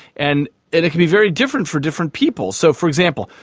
and it can be very different for different people. so, for example,